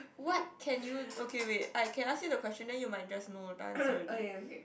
what can you okay wait I can ask you the question then you might just the answer already